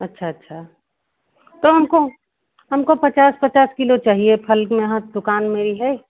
अच्छा अच्छा तो हमको हमको पचास पचास किलो चाहिए फल में यहाँ दुकान मेरी है